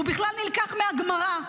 הוא בכלל נלקח מהגמרא,